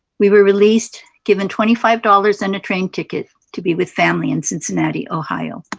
we were released, given twenty five dollars and a train ticket to be with family in cincinnati, ohio.